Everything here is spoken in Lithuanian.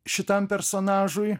šitam personažui